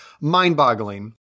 mind-boggling